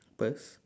purse